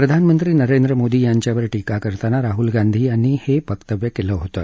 प्रधानमंत्री नरेंद्र मोदी यांच्यावर टीका करताना राहुल गांधी यांनी हे वक्तव्य केलं होतं